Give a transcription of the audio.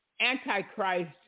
antichrist